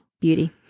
Beauty